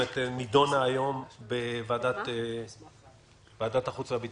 שנדונה היום בוועדת החוץ והביטחון.